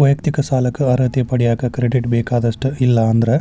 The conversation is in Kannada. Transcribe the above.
ವೈಯಕ್ತಿಕ ಸಾಲಕ್ಕ ಅರ್ಹತೆ ಪಡೆಯಕ ಕ್ರೆಡಿಟ್ ಬೇಕಾದಷ್ಟ ಇಲ್ಲಾ ಅಂದ್ರ